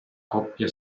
coppia